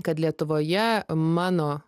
kad lietuvoje mano